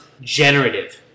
generative